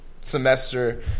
semester